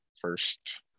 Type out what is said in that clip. first